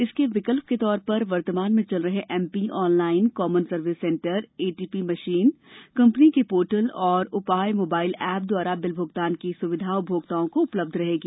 इसके विकल्प के तौर पर वर्तमान में चल रहे MP online common service centre ATP machine company के पोर्टल और उपाय मोबाइल एप द्वारा बिल भ्गतान की सुविधा उपभोक्ताओं को उपलब्ध रहेगी